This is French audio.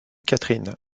catherine